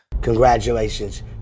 Congratulations